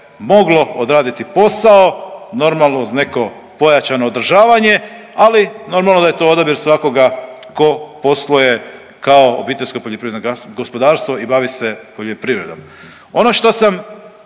moglo odraditi posao, normalno uz neko pojačano održavanje, ali normalno da je to odabir svakoga tko posluje kao OPG i bavi se poljoprivredom.